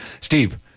Steve